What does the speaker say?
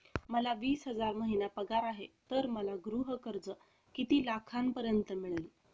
मला वीस हजार महिना पगार आहे तर मला गृह कर्ज किती लाखांपर्यंत मिळेल?